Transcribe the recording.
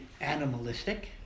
animalistic